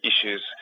issues